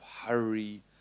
hurry